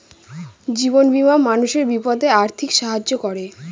জীবন বীমা মানুষের বিপদে আর্থিক সাহায্য করে